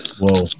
Whoa